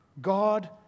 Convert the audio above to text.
God